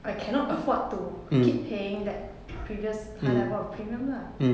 I cannot afford to keep paying that previous high level of premium lah